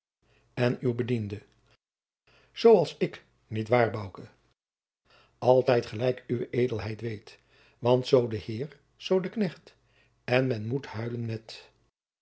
en uw bediende zoo als ik niet waar bouke altijd gelijk uwe edelheid weet want zoo de heer zoo de knecht en men moet huilen met